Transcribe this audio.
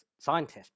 scientists